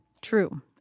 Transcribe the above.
True